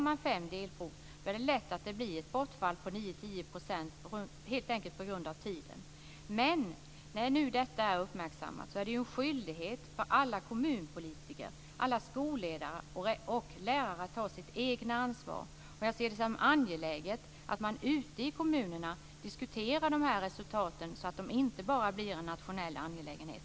Med fem delprov blir det lätt ett bortfall om 9-10 % helt enkelt på grund av tidaspekten. Men när detta nu är uppmärksammat är det en skyldighet för alla kommunpolitiker, alla skolledare och lärare att ta sitt eget ansvar. Jag ser det som angeläget att man ute i kommunerna diskuterar de här resultaten, så att de inte bara blir en nationell angelägenhet.